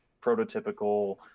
prototypical